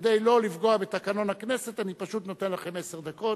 כדי שלא לפגוע בתקנון הכנסת אני פשוט נותן לכם עשר דקות.